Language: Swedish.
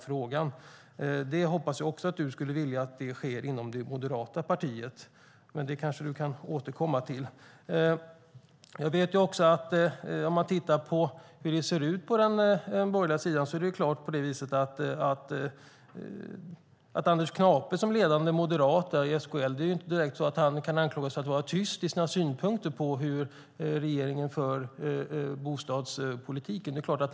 Jag hoppas att du också vill att så sker inom det moderata partiet, Oskar Öholm. Det kan du kanske återkomma till. Anders Knape på SKL är ledande moderat, och han kan knappast anklagas för att vara tyst med sina synpunkter på hur regeringen för sin bostadspolitik.